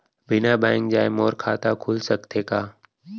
बिना बैंक जाए मोर खाता खुल सकथे का?